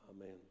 Amen